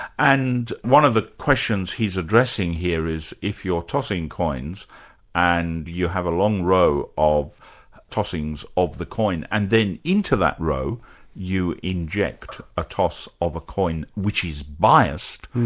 and one of the questions he's addressing here is if you're tossing coins and you have a long row of tossings of the coin, and then into that row you inject a toss of a coin which is biased,